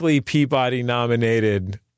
Peabody-nominated